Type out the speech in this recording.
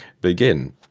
begin